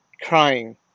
crying